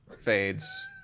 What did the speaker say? fades